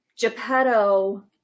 geppetto